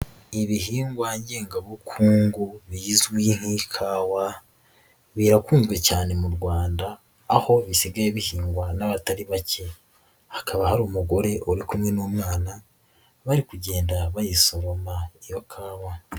Ibihingwa ngengabukungu bizwiho nk'ikawa birakunzwe cyane mu Rwanda aho bisigaye bihingwa n'abatari bake, hakaba hari umugore uri kumwe n'umwana bakaba bari kugenda bayisoroma iyo kawa.